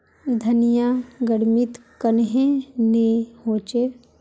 धनिया गर्मित कन्हे ने होचे?